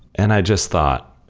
and i just thought,